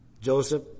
Joseph